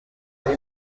kuko